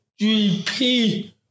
GP